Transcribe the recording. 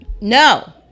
No